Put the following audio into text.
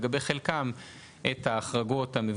כהגדרתו בחוק הפיקוח על שירותים פיננסיים (ייעוץ,